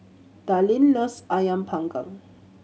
Darline loves Ayam Panggang